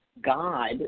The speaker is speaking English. God